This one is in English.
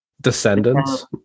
Descendants